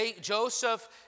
Joseph